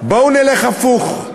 בואו נלך הפוך.